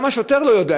גם השוטר לא יודע.